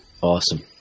Awesome